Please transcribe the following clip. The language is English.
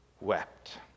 wept